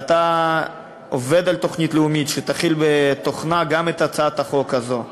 ואתה עובד על תוכנית לאומית שתכיל בתוכה גם את הצעת החוק הזאת.